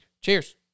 Cheers